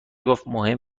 گفتمهم